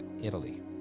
Italy